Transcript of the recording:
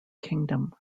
kingdom